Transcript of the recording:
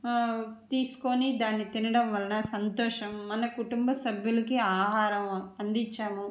తీసుకుని దాన్ని తినడం వల్ల సంతోషం మన కుటుంబ సభ్యులకి ఆహారం అందించాము